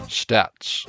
stats